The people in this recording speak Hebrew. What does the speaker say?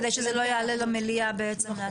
כדי שזה לא יעלה למליאה בעצם.